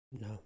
No